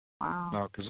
Wow